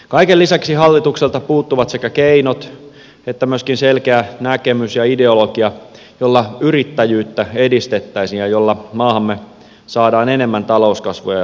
kaiken lisäksi hallitukselta puuttuvat sekä keinot että myöskin selkeä näkemys ja ideologia jolla yrittäjyyttä edistettäisiin ja jolla maahamme saadaan enemmän talouskasvua sekä työpaikkoja